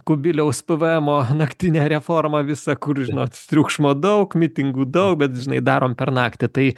kubiliaus pvmo naktinę reformą visą kur žinot triukšmo daug mitingų daug bet žinai darom per naktį tai